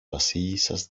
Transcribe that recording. βασίλισσας